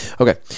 okay